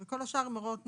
וכל השאר הן הוראות נוהל,